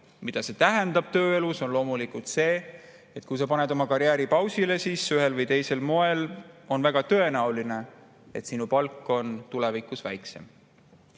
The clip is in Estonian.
Mida see tähendab tööelus? Loomulikult seda, et kui sa paned oma karjääri pausile, siis on väga tõenäoline, et sinu palk on tulevikus väiksem.